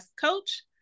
coach